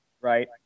Right